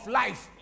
life